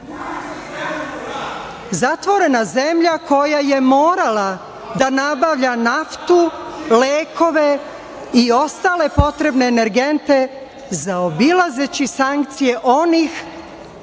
zatvorena zemlja, koja je morala da nabavlja naftu, lekove i ostale potrebne energente, zaobilazeći sankcije onih